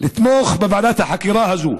לתמוך בוועדת החקירה הזאת.